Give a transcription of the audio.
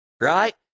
right